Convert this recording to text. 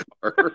car